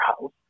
house